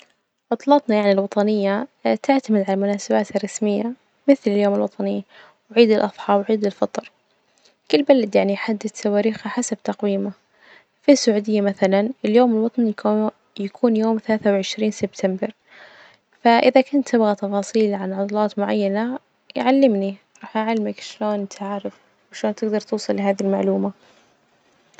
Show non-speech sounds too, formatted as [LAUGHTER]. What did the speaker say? عطلتنا يعني الوطنية تعتمد على المناسبات الرسمية مثل اليوم الوطني وعيد الأضحى وعيد الفطر، كل بلد يعني يحدد تواريخها حسب تقويمه، في السعودية مثلا اليوم الوطني يكو- يكون يوم ثلاثة وعشرين سبتمبر، ف [HESITATION] إذا كنت تبغى تفاصيل عن عطلات معينة يعلمني راح أعلمك شلون تعرف وشلون تجدر توصل لهذي المعلومة.